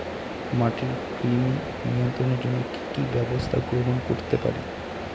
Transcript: মাটির কৃমি নিয়ন্ত্রণের জন্য কি কি ব্যবস্থা গ্রহণ করতে পারি?